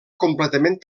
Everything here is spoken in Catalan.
completament